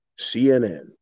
CNN